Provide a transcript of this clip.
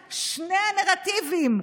נכון.